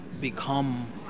become